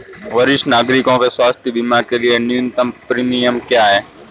वरिष्ठ नागरिकों के स्वास्थ्य बीमा के लिए न्यूनतम प्रीमियम क्या है?